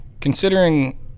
considering